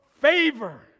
favor